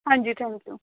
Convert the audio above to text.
ਹਾਂਜੀ thank you